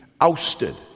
ousted